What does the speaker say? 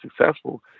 successful